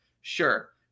Sure